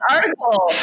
article